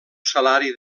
salari